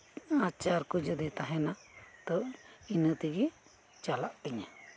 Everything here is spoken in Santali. ᱟᱪᱟᱨᱠᱩ ᱡᱚᱫᱤ ᱛᱟᱦᱮᱱᱟ ᱛᱚ ᱤᱱᱟᱹᱛᱮᱜᱤ ᱪᱟᱞᱟᱜ ᱛᱤᱧᱟᱹ